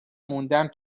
موندم